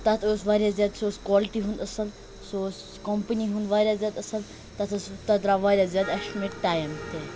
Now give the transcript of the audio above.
تَتھ ٲسۍ واریاہ زیادٕ سُہ اوس کالٹی ہُنٛد اَصٕل سُہ اوس کمپٔنی ہُنٛد واریاہ زیادٕ اصٕل تَتھ ٲسۍ تَتھ درٛاو واریاہ زیادٕ اٮ۪سٹِمیٹ ٹایِم تہِ